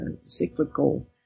cyclical